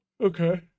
Okay